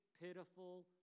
pitiful